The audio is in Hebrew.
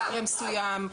למקרה מסוים,